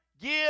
give